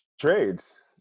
trades